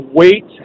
wait